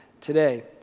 today